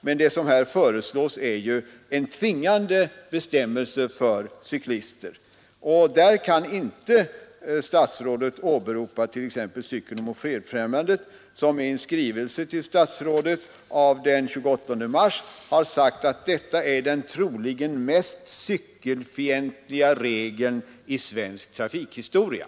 Men den nu tillkomna bestämmelsen är ju tvingande för cyklisterna. I detta avseende kan statsrådet inte åberopa t.ex. Cykeloch mopedfrämjandet, som i en skrivelse till statsrådet av den 28 mars har sagt att detta är den troligen mest cykelfientliga regeln i svensk trafikhistoria.